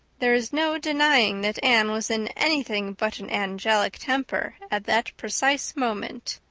there is no denying that anne was in anything but an angelic temper at that precise moment.